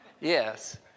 yes